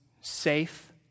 safe